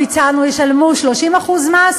אנחנו הצענו, ישלמו 30% מס,